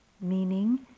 meaning